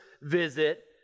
visit